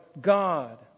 God